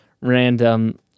random